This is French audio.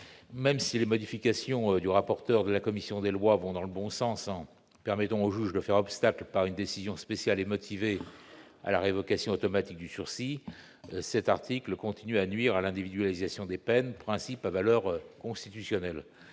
Même si les modifications apportées en commission par M. le rapporteur vont dans le bon sens, en permettant au juge de faire obstacle par une décision spéciale et motivée à la révocation automatique du sursis, les dispositions prévues continuent à nuire à l'individualisation des peines, principe à valeur constitutionnelle.